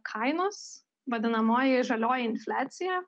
kainos vadinamoji žalioji infliacija